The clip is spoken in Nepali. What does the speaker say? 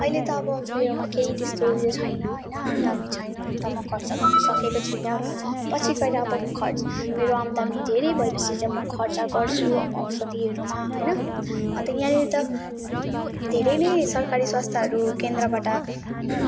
अहिले त अब मेरोमा केही त्यस्तो उयो छैन होइन आमदामी छैन अन्त म खर्च गर्न सकेको छैन पछि गएर अब खर् मेरो आमदामी धेरै भएपछि जब म खर्च गर्छु औषधीहरूमा होइन अन्त यहाँनिर त धेरै नै सरकारी संस्थाहरू केन्द्रबाट